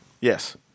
Yes